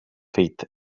feet